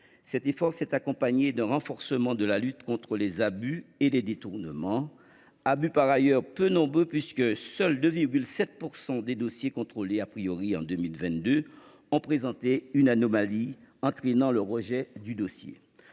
Cet effort s’est accompagné d’un renforcement de la lutte contre les abus et les détournements, abus par ailleurs peu nombreux, puisque seuls 2,7 % des dossiers contrôlés en 2022 ont présenté une anomalie entraînant le rejet du dossier.